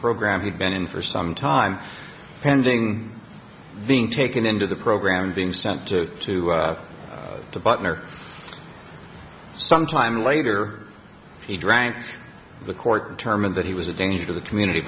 program he'd been in for some time pending being taken into the program being sent to to the butler some time later he drank the court determined that he was a danger to the community